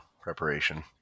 preparation